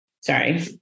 sorry